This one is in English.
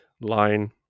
line